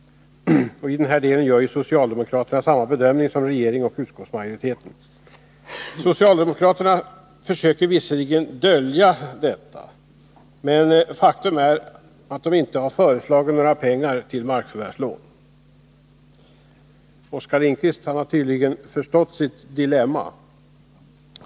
I den här delen gör socialdemokraterna samma bedömning som regeringen och utskottsmajoriteten. Socialdemokraterna försöker visserligen dölja detta, men faktum är att de inte föreslagit några pengar till markförvärvslån. Oskar Lindqvist har tydligen förstått sitt dilemma.